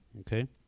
okay